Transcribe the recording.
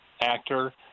actor